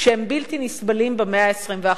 ערכים שהם בלתי נסבלים במאה ה-21.